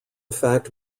fact